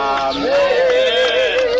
amen